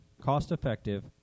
cost-effective